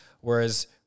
whereas